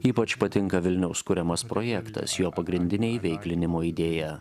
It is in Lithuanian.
ypač patinka vilniaus kuriamas projektas jo pagrindinė įveiklinimo idėja